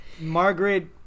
margaret